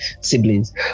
siblings